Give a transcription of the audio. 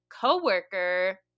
coworker